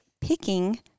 picking